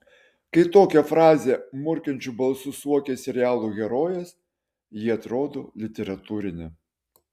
kai tokią frazę murkiančiu balsu suokia serialų herojės ji atrodo literatūrinė